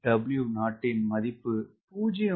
எனவே இந்த W1W0 ன் மதிப்பு 0